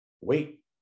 wait